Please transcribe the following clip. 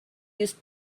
use